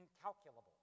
incalculable